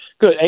Good